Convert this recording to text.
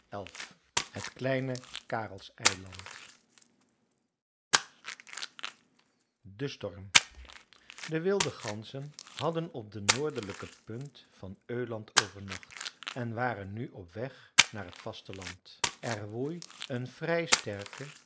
xi het kleine karelseiland de storm de wilde ganzen hadden op de noordelijke punt van öland overnacht en waren nu op weg naar het vaste land er woei een vrij sterke